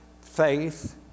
Faith